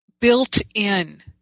built-in